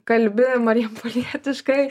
kalbi marijampolietiškai